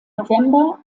november